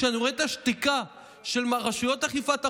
כשאני רואה את השתיקה של רשויות אכיפת החוק,